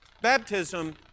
Baptism